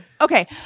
okay